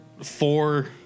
Four